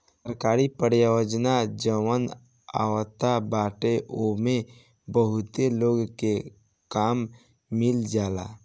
सरकारी परियोजना जवन आवत बाटे ओमे बहुते लोग के काम मिल जाला